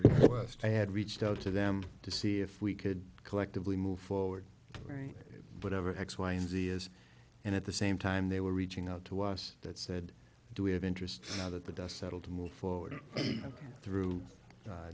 the west had reached out to them to see if we could collectively move forward very whatever x y and z is and at the same time they were reaching out to us that said do we have interest now that the dust settled to move forward through